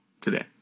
today